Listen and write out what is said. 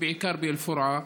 ובעיקר באל-פורעה,